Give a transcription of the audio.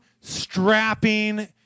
strapping